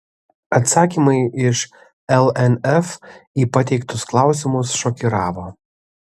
atsakymai iš lnf į pateiktus klausimus šokiravo